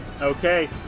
Okay